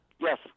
Yes